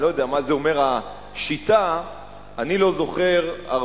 אני לא יודע מה זה אומר "השיטה" אני לא זוכר הרבה